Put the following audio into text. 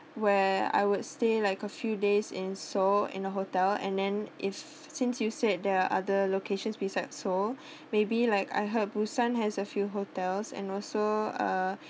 where I would stay like a few days in seoul in the hotel and then if since you said there are other locations beside seoul maybe like I heard busan has a few hotels and also uh